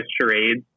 charades